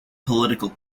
political